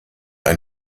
ein